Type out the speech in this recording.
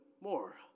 more